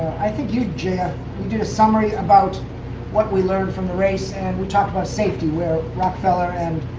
i think you jf, you did a summary about what we learned from the race. and we talked about safety, where rockenfeller and